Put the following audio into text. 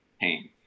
pain